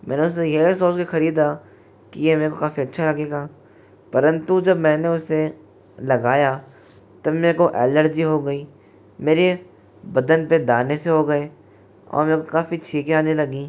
मैंने उसे यह सोच के खरीदा की यह मेरे को काफ़ी अच्छा लगेगा परंतु जब मैने उसे लगाया तब मेरे को एलर्जी हो गई मेरे बदन पर दाने से हो गए और मेरे को काफ़ी छींकें आने लगी